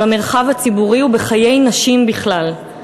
במרחב הציבורי ובחיי נשים בכלל.